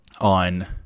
on